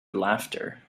laughter